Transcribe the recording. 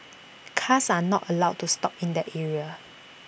cars are not allowed to stop in that area